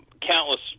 countless